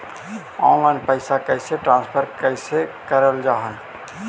Online पैसा कैसे transfer कैसे कर?